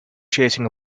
chasing